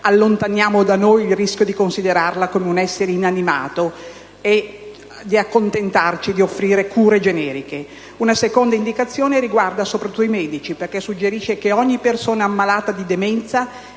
allontaniamo da noi il rischio di considerarla come un essere inanimato, di offrirle una cura generica. Una seconda indicazione riguarda soprattutto i medici, perché suggerisce che ogni persona malata di demenza